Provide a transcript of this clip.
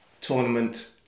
tournament